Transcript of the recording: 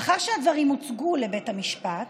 לאחר שהדברים הוצגו לבית המשפט,